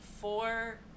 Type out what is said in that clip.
four